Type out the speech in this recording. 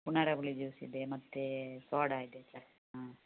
ಪುನರಾ ಪುಳಿ ಜ್ಯೂಸಿದೆ ಮತ್ತು ಸೋಡಾ ಇದೆ ಸರ್ ಹ್ಞೂ